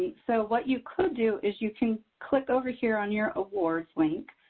so what you could do is you can click over here on your awards link,